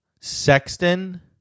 Sexton